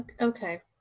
Okay